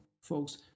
Folks